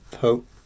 hope